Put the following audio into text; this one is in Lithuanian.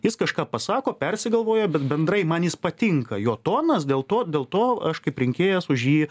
jis kažką pasako persigalvojo bet bendrai man jis patinka jo tonas dėl to dėl to aš kaip rinkėjas už jį